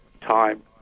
time